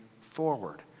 forward